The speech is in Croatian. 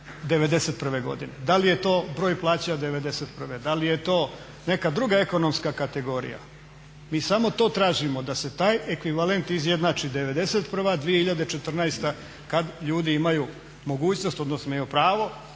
'91. godine. Da li je to broj plaća '91., da li je to neka druga ekonomska kategorija. Mi samo to tražimo, da se taj ekvivalent izjednači '91., 2014. kad ljudi imaju mogućnost odnosno imaju pravo